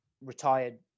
retired